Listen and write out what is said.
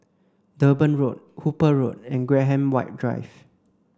Durban Road Hooper Road and Graham White Drive